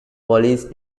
police